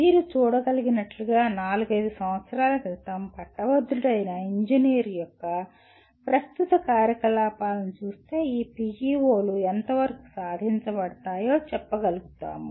మీరు చూడగలిగినట్లుగా నాలుగైదు సంవత్సరాల క్రితం పట్టభద్రుడైన ఇంజనీర్ యొక్క ప్రస్తుత కార్యకలాపాలను చూస్తే ఈ PEO లు ఎంతవరకు సాధించబడతాయో చెప్పగలుగుతాము